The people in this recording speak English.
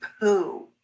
poo